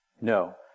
No